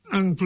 Ang